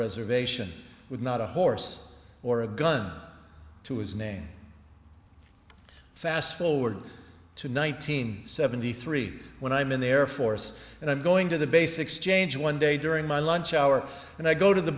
reservation with not a horse or a gun to his name fast forward to nineteen seventy three when i'm in the air force and i'm going to the base exchange one day during my lunch hour and i go to the